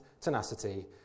tenacity